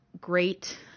great –